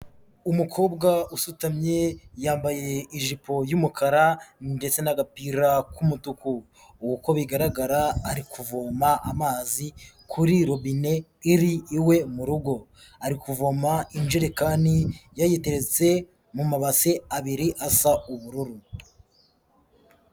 Umukobwa usutamye yambaye ijipo y'umukara ndetse n'agapira k'umutuku, uko bigaragara ari kuvoma amazi kuri robine iri iwe mu rugo, ari kuvoma injerekani yayitetse mu mabase abiri asa ubururu.